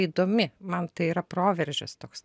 įdomi man tai yra proveržis toks